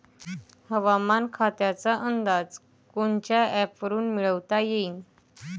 हवामान खात्याचा अंदाज कोनच्या ॲपवरुन मिळवता येईन?